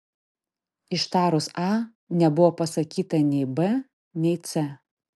ištarus a nebuvo pasakyta nei b nei c